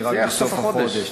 כי רק בסוף החודש,